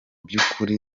by’ukuri